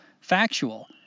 factual